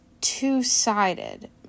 two-sided